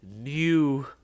new